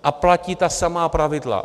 A platí ta samá pravidla.